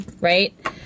right